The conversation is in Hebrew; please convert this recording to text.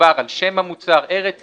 מדובר על שם המוצר, ארץ ייצור,